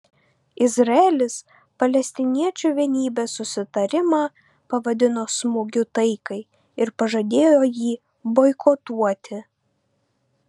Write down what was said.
izraelis palestiniečių vienybės susitarimą pavadino smūgiu taikai ir pažadėjo jį boikotuoti